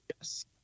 Yes